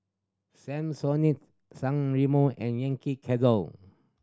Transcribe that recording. Samsonite San Remo and Yankee Candle